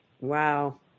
wow